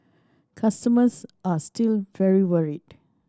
customers are still very worried